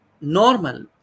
normal